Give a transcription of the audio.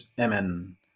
amen